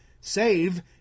save